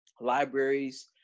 libraries